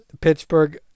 Pittsburgh